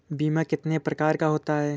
बीमा कितने प्रकार का होता है?